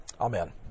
Amen